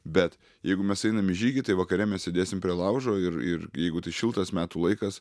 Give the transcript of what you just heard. bet jeigu mes einam į žygį tai vakare mes sėdėsim prie laužo ir ir jeigu tai šiltas metų laikas